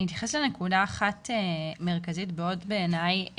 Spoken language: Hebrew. אני אתייחס לנקודה אחת מרכזית מאוד בעיניי,